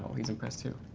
he's impressed too.